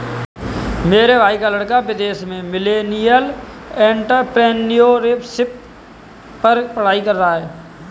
मेरे भाई का लड़का विदेश में मिलेनियल एंटरप्रेन्योरशिप पर पढ़ाई कर रहा है